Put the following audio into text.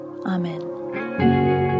amen